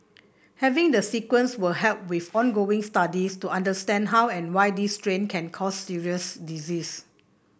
having the sequence will help with ongoing studies to understand how and why this strain can cause serious disease